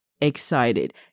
excited